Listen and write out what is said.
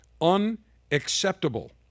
Unacceptable